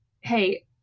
Hey